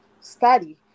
study